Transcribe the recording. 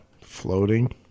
Floating